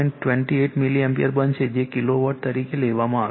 28 milliampere બનશે જે kilowatt તરીકે લખવામાં આવે છે